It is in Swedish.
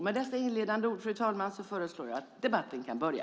Med dessa inledande ord, fru talman, föreslår jag att debatten kan börja.